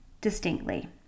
distinctly